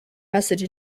message